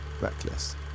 reckless